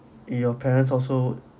your parents also